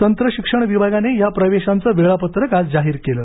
तंत्रशिक्षण विभागाने ह्या प्रवेशाचं वेळापत्रक आज जाहीर केले